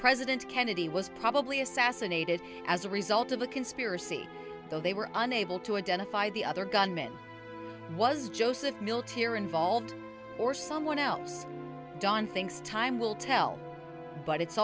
president kennedy was probably assassinated as a result of a conspiracy though they were unable to identify the other gunman was joseph milt here involved or someone else don thinks time will tell but it's